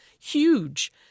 huge